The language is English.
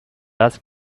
ask